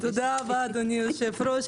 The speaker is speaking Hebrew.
תודה רבה, אדוני היושב-ראש.